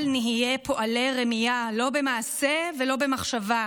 אל נהיה פועלי רמייה, לא במעשה ולא במחשבה.